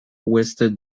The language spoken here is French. ouest